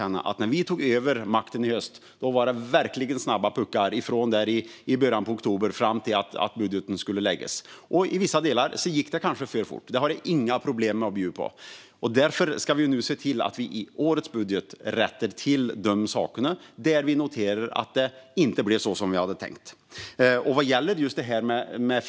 När vi tog över makten i höstas var det snabba puckar från början av oktober till att budgeten skulle läggas fram, och jag ska villigt erkänna att i vissa delar gick det kanske för fort. Därför ska vi i årets budget rätta till sådant som inte blev som det var tänkt.